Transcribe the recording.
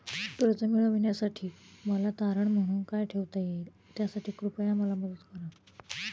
कर्ज मिळविण्यासाठी मला तारण म्हणून काय ठेवता येईल त्यासाठी कृपया मला मदत करा